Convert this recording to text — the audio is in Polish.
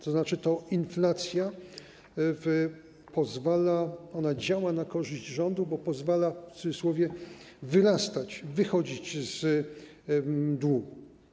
To znaczy, to inflacja na to pozwala, ona działa na korzyść rządu, bo pozwala w cudzysłowie wyrastać, wychodzić z długu.